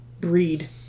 breed